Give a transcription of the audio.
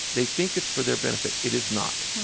they think it's for their benefit. it is not.